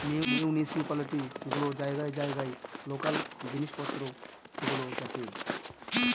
municipality গুলো জায়গায় জায়গায় লোকাল জিনিস পত্র গুলো দেখে